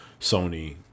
Sony